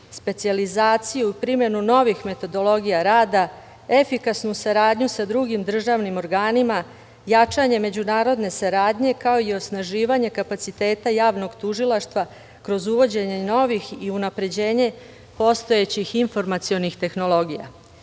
specijalizaciju i primenu novih metodologija rada, efikasnu saradnju sa drugim državnim organima, jačanje međunarodne saradnje, kao i osnaživanje kapaciteta javnog tužilaštva, kroz uvođenje novih i unapređenje postojećih informacionih tehnologija. Nastaviću